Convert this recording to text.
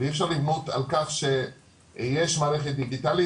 ואי אפשר לבנות על כך שיש מערכת דיגיטלית,